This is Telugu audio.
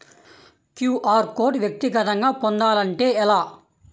క్యూ.అర్ కోడ్ వ్యక్తిగతంగా పొందాలంటే ఎలా?